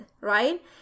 right